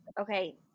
okay